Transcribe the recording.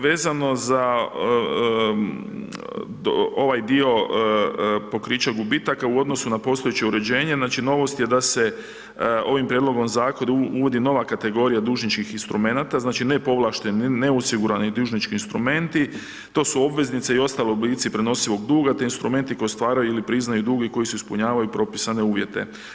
Vezano za ovaj dio pokrića gubitaka, u odnosu na postojeće uređenje, znači, novost je da se ovim prijedlogom zakona uvodi nova kategorija dužničkih instrumenata, znači, ne povlašteni, ne osigurani dužnički instrumenti, to su obveznice i ostali oblici prenosivog duga, te instrumenti koji stvaraju ili priznaju dug i koji ispunjavaju propisane uvjete.